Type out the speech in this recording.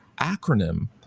acronym